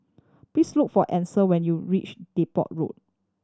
please look for Ansel when you reach Depot Road